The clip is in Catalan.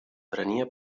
prenia